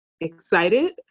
excited